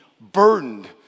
burdened